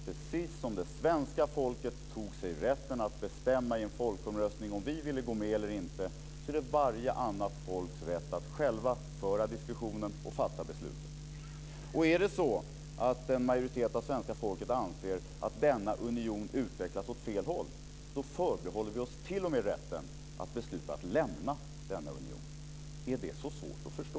Precis som det svenska folket tog sig rätten att i en folkomröstning bestämma om vi ville gå med eller inte är det varje annat folks rätt att själva föra diskussionen och fatta besluten. Är det så att en majoritet av svenska folket anser att denna union utvecklas åt fel håll förbehåller vi oss t.o.m. rätten att besluta att lämna denna union. Är det så svårt att förstå?